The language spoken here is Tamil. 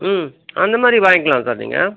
ம் அந்த மாதிரியும் வாய்ங்க்கலாம் சார் நீங்கள்